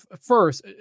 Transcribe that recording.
first